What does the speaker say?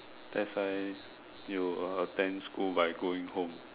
that's why you attend school by going home